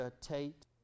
Tate